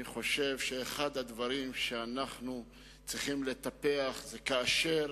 אני חושב שזה אחד הדברים שאנחנו צריכים לטפח כאשר